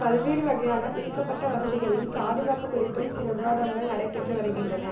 பல்வேறு வகையான பிரிக்கப்பட்ட வசதிகளின் பாதுகாப்பு குறித்தும் சில விவாதங்கள் நடைபெற்று வருகின்றன